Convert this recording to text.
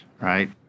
right